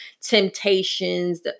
temptations